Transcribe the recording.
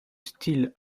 style